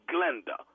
Glenda